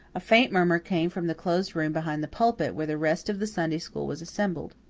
a faint murmur came from the closed room behind the pulpit where the rest of the sunday school was assembled.